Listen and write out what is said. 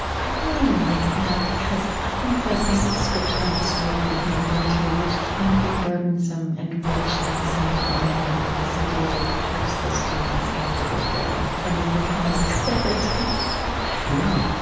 i really like that because i think that is a description of this world we've moved into, which can be burdensome and rich at the same time and this idea that perhaps those two things have to go together and that they come with clarity yeah.